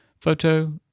photo